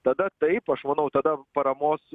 tada taip aš manau tada paramos